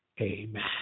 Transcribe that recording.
Amen